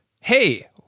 Hey